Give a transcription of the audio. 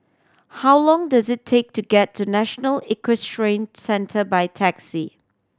how long does it take to get to National Equestrian Centre by taxi